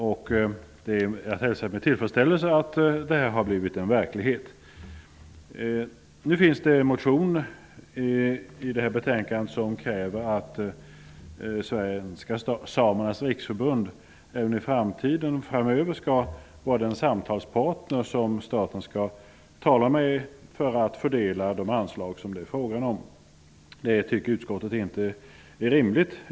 Jag hälsar med tillfredsställelse att detta har blivit verklighet. I en motion som behandlas i detta betänkande kräver man att Svenska samernas riksförbund även framöver skall vara den samtalspartner som staten skall tala med för att fördela de anslag som det är fråga om. Det anser utskottet inte är rimligt.